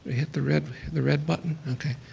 hit the red, the red button, okay.